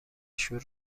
شور